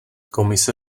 komise